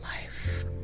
life